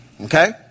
Okay